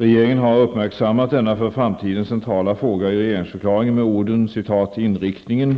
Regeringen har uppmärksammat denna för framtiden centrala fråga i regeringsförklaringen, med orden ''inriktningen